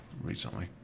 recently